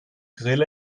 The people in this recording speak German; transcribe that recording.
grill